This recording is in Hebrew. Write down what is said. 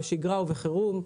בשגרה ובחרום.